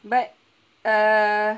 but err